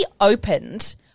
opened